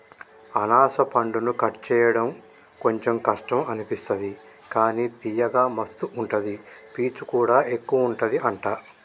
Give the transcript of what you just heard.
అనాస పండును కట్ చేయడం కొంచెం కష్టం అనిపిస్తది కానీ తియ్యగా మస్తు ఉంటది పీచు కూడా ఎక్కువుంటది అంట